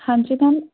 ਹਾਂਜੀ ਮੈਮ